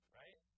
right